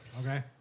Okay